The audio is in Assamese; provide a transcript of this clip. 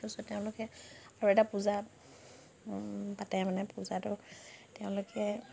তাৰপিছত তেওঁলোকে আৰু এটা পূজা পাতে মানে পূজাটো তেওঁলোকে